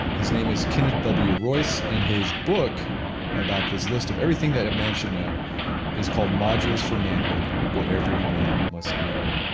his name is kenneth w. royce and his book about this list of everything that a man should know is called modules for manhood what every man must know.